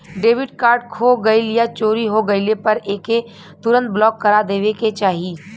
debit card खो गइल या चोरी हो गइले पर एके तुरंत ब्लॉक करा देवे के चाही